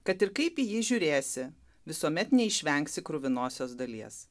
kad ir kaip į jį žiūrėsi visuomet neišvengsi kruvinosios dalies